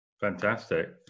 Fantastic